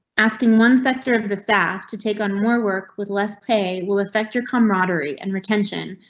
asking one sector the staff to take on more work with less play will affect your camaraderie and retention,